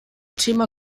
thema